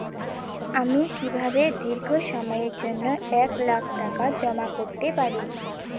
আমি কিভাবে দীর্ঘ সময়ের জন্য এক লাখ টাকা জমা করতে পারি?